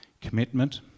Commitment